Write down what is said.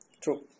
True